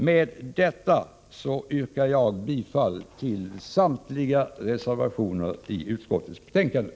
Med detta yrkar jag bifall till samtliga reservationer i utskottsbetänkandet.